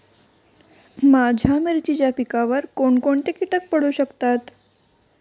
माझ्या मिरचीच्या पिकावर कोण कोणते कीटक पडू शकतात?